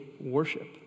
worship